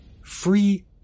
free